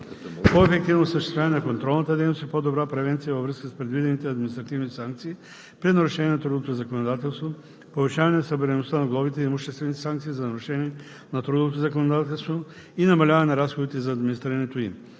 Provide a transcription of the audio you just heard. по-ефективно осъществяване на контролната дейност и по-добра превенция във връзка с предвидените административни санкции при нарушение на трудовото законодателство; - повишаване събираемостта на глобите и имуществените санкции за нарушения на трудовото законодателство и намаляване на разходите за администрирането